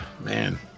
Man